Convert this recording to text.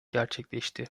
gerçekleşti